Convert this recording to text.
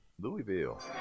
Louisville